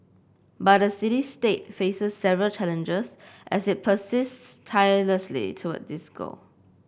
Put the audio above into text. but the city state faces several challenges as it persists tirelessly towards this goal